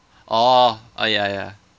oh oh ya ya